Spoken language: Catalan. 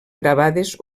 gravades